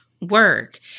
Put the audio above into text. work